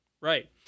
Right